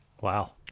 Wow